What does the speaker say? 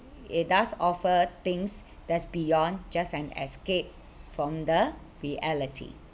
it does offer things that's beyond just an escape from the reality